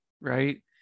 right